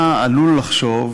היה עלול לחשוב